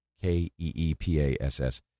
K-E-E-P-A-S-S